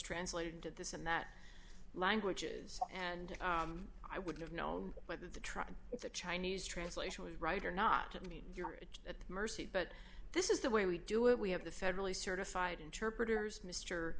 translated into this and that languages and i would have known whether the truck if the chinese translation was right or not i mean you're at the mercy but this is the way we do it we have the federally certified interpreters m